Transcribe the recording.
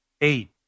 Eight